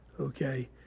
Okay